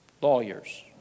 lawyers